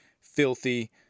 filthy